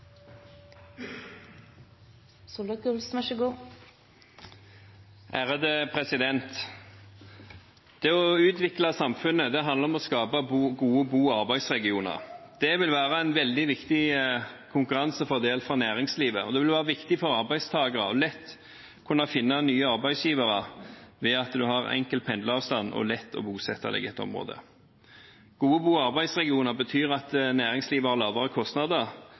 faktisk lykkast så godt med busetjing at dei tener pengar til kommunekassen på god busetjing, og då er det viktig at kommunane ser på dei som er gode og lærer av dei. Replikkordskiftet er omme. Det å utvikle samfunnet handler om å skape gode bo- og arbeidsregioner. Det vil være en veldig viktig konkurransefordel for næringslivet, og det vil være viktig for arbeidstakere, som lett vil kunne finne nye arbeidsgivere ved at en har